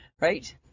Right